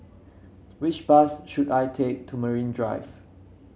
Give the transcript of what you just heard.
which bus should I take to Marine Drive